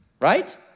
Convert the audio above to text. right